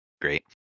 great